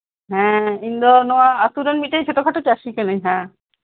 ᱦᱮᱸ ᱤᱧᱫᱚ ᱱᱚᱣᱟ ᱟᱹᱛᱩᱨᱮᱱ ᱢᱤᱫᱴᱮᱡ ᱪᱷᱳᱴᱳ ᱠᱷᱟᱴᱳ ᱪᱟᱹᱥᱤ ᱠᱟᱱᱟᱧ ᱦᱮᱸ